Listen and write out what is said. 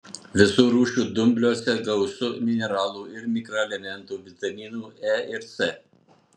visų rūšių dumbliuose gausu mineralų ir mikroelementų vitaminų e ir c